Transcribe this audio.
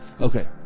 okay